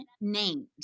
names